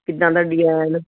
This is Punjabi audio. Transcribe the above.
ਕਿੱਦਾਂ ਦਾ ਡਿਜੈਨ